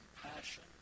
compassion